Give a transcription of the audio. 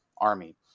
Army